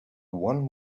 one